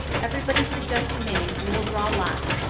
everybody suggest a name and we'll draw lots.